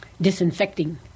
disinfecting